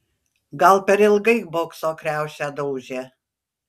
gal per ilgai bokso kriaušę daužė